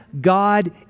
God